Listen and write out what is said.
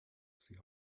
sie